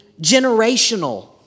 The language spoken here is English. generational